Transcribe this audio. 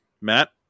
Matt